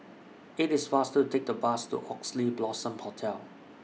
IT IS faster to Take The Bus to Oxley Blossom Hotel